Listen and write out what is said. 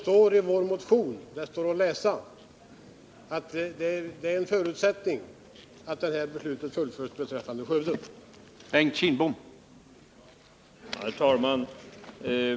I vår motion står det att det är en förutsättning att beslutet beträffande Skövde skall fullföljas.